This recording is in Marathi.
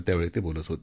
त्यावेळी ते बोलत होते